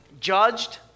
judged